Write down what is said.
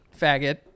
faggot